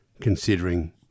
considering